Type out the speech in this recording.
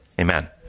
Amen